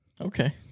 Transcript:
Okay